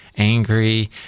angry